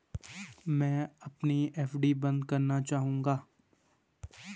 मैं अपनी एफ.डी बंद करना चाहूंगा